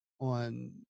on